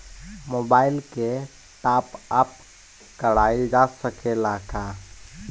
Mobile के top up कराइल जा सकेला का?